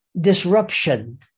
disruption